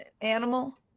animal